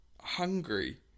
Hungry